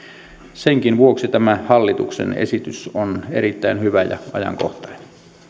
senkin vuoksi tämä hallituksen esitys on erittäin hyvä ja ajankohtainen